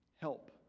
Help